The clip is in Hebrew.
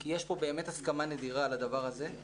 כי יש פה באמת הסכמה נדירה על הדבר הזה.